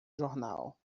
jornal